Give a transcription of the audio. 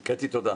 קטי, תודה.